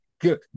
Good